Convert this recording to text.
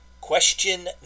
Question